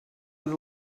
with